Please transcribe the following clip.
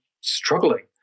struggling